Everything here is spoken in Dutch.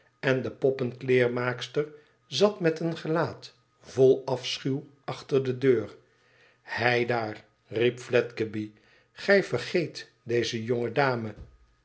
en de poppenkleermaakster zat met een gelaat vol afschuw achter dé deur t hei daar riep fledgeby gij vergeet deze